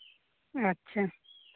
ᱟᱪᱪᱷᱟ